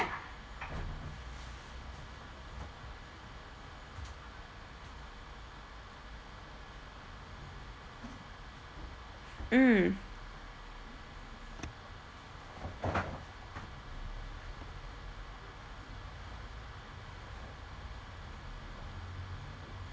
mm